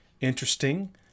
interesting